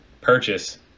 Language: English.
purchase